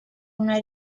una